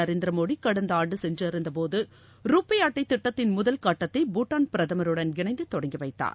நரேந்திர மோடி கடந்த ஆண்டு சென்றிருந்த போது ருபே அட்டைத் திட்டத்தின் முதல் கட்டத்தை பூடான் பிரதமருடன் இணைந்து தொடங்கி வைத்தார்